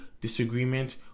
disagreement